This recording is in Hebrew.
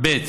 ב.